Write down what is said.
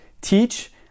Teach